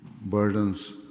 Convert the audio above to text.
burdens